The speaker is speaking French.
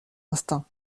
instinct